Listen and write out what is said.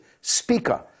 speaker